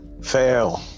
Fail